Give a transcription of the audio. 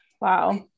wow